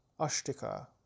Ashtika